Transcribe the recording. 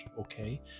okay